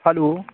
hello